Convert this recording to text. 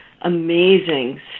amazing